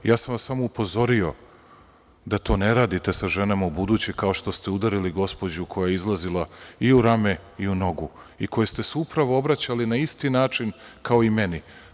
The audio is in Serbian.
Ja sam vas samo upozorio da to ne radite sa ženama ubuduće, kao što ste udarili gospođu, koja je izlazila, i u rame i u nogu i kojoj ste se upravo obraćali na isti način kao i meni.